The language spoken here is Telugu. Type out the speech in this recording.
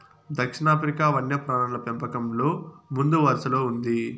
దక్షిణాఫ్రికా వన్యప్రాణుల పెంపకంలో ముందువరసలో ఉంది